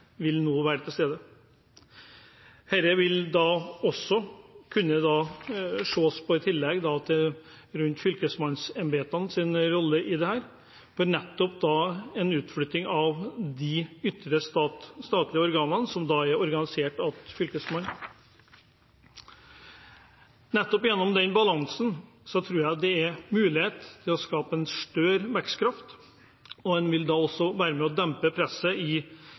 vil være til stede. Dette vil også kunne ses på i tillegg til fylkesmannsembetenes rolle i dette, nettopp for en utflytting av de ytre statlige organene som da er organisert under Fylkesmannen. Nettopp gjennom den balansen tror jeg at det er mulighet til å skape en større vekstkraft, og en vil da også være med på å dempe presset i